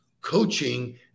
coaching